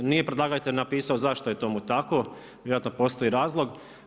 Nije predlagatelj napisao zašto je tomu tako, vjerojatno postoji razlog.